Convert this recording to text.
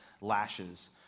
lashes